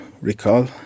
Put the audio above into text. recall